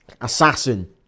assassin